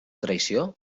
traïció